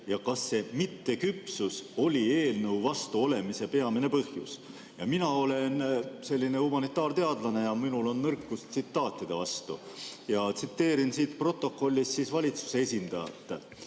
ja kas see mitteküpsus oli eelnõu vastu olemise peamine põhjus. Mina olen humanitaarteadlane ja minul on nõrkus tsitaatide vastu. Ma tsiteerin protokollist valitsuse esindajat: